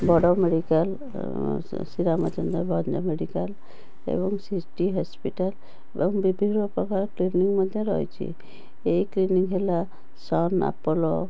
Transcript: ବଡ଼ medical Shri Ramachandra Bhanj medical ଏବଂ city hospital ଏବଂ ବିଭିନ୍ନ ପ୍ରକାର କ୍ଲିନିଙ୍ଗ ମଧ୍ୟ ରହିଛି ଏଇ କ୍ଲିନିଙ୍ଗ ହେଲା ସନ ଆପୋଲୋ